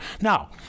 Now